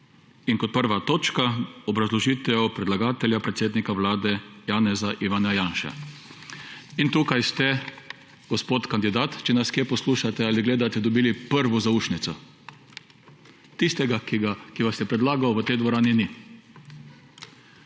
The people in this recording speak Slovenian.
In kot prva točka obrazložitev predlagatelja predsednika vlade Janeza Ivana Janše. In tukaj ste, gospod kandidat, če nas kje poslušate ali gledate, dobili prvo zaušnico. Tistega, ki vas je predlagal v tej dvorani ni.